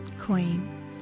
Queen